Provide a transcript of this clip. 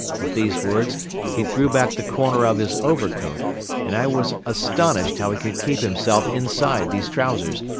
with these words he threw back the corner of his overcoat and i was astonished how he could keep himself inside these trousers,